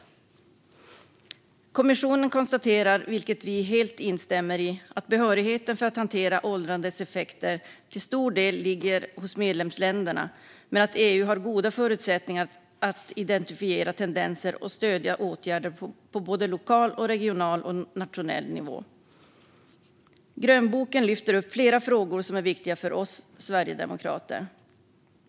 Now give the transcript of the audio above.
Kommissionen konstaterar, vilket vi helt instämmer i, att behörigheten för att hantera åldrandets effekter till stor del ligger hos medlemsländerna men att EU har goda förutsättningar att identifiera tendenser och stödja åtgärder på både lokal, regional och nationell nivå. Grönboken lyfter upp flera frågor som är viktiga för oss sverigedemokrater.